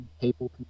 people